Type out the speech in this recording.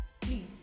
Please